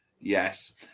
Yes